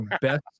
best